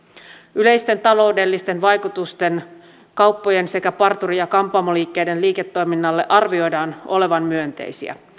yleisten taloudellisten vaikutusten kauppojen sekä parturi ja kampaamoliikkeiden liiketoiminnalle arvioidaan olevan myönteisiä